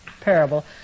parable